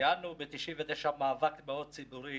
ניהלנו ב-1999 מאבק ציבורי